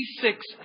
six